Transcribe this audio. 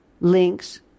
links